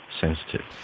sensitive